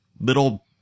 little